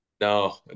No